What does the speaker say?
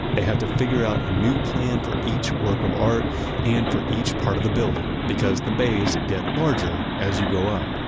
they have to figure out a new plan for each work of art and for each part of the building, because the bays get larger as you go up.